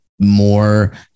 more